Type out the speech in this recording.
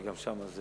וגם שם זה